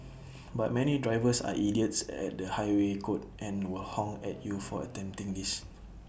but many drivers are idiots at the highway code and will honk at you for attempting this